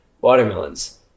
watermelons